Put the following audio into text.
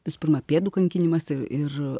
visų pirma pėdų kankinimas ir ir